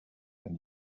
and